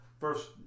first